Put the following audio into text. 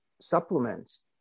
supplements